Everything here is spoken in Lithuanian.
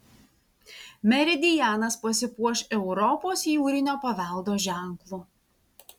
meridianas pasipuoš europos jūrinio paveldo ženklu